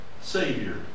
Savior